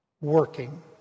working